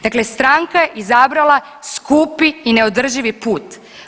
Dakle stranka je izabrala skupi i neodrživi put.